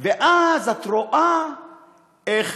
ואז את רואה איך